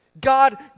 God